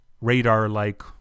radar-like